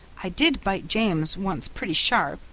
i did bite james once pretty sharp,